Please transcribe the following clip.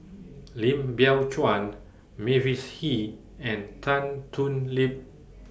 Lim Biow Chuan Mavis Hee and Tan Thoon Lip